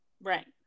Right